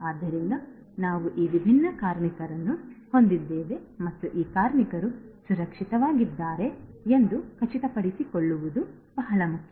ಆದ್ದರಿಂದ ನಾವು ಈ ವಿಭಿನ್ನ ಕಾರ್ಮಿಕರನ್ನು ಹೊಂದಿದ್ದೇವೆ ಮತ್ತು ಈ ಕಾರ್ಮಿಕರು ಸುರಕ್ಷಿತವಾಗಿದ್ದಾರೆ ಎಂದು ಖಚಿತಪಡಿಸಿಕೊಳ್ಳುವುದು ಬಹಳ ಮುಖ್ಯ